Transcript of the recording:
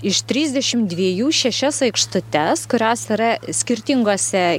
iš trisdešim dviejų šešias aikštutes kurios yra skirtinguose